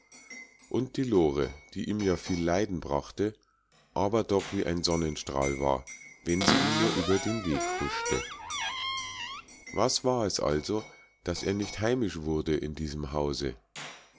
und die lore die ihm ja viel leiden brachte aber doch wie ein sonnenstrahl war wenn sie ihm nur über den weg huschte was war es also daß er nicht heimisch wurde in diesem hause